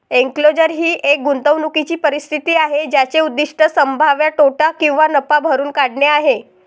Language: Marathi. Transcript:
एन्क्लोजर ही एक गुंतवणूकीची परिस्थिती आहे ज्याचे उद्दीष्ट संभाव्य तोटा किंवा नफा भरून काढणे आहे